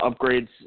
upgrades